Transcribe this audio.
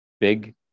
big